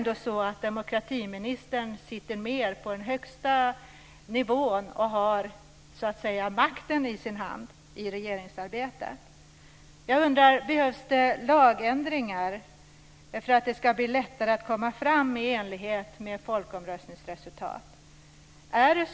Demokratiministern sitter ändå på den högsta nivån och har makten i sin hand i regeringsarbetet. Jag undrar om det behövs lagändringar för att det ska bli lättare att komma fram i enlighet med folkomröstningsresultat.